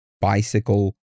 bicycle